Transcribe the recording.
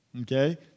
Okay